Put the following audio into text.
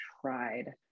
tried